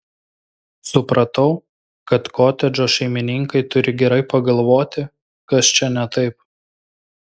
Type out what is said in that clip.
supratau kad kotedžo šeimininkai turi gerai pagalvoti kas čia ne taip